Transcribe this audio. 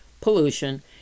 pollution